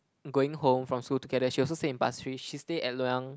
going home from school together she also stay in Pasir Ris she stay at Loyang